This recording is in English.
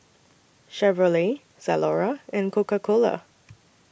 Chevrolet Zalora and Coca Cola